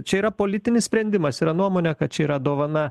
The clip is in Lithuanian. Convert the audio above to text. čia yra politinis sprendimas yra nuomonė kad čia yra dovana